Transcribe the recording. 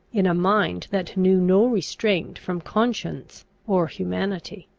in a mind that knew no restraint from conscience or humanity.